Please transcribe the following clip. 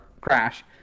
crash